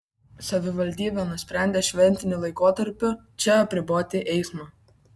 savivaldybė nusprendė šventiniu laikotarpiu čia apriboti eismą